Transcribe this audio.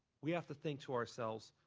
we have to think to ourselves,